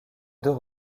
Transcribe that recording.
deux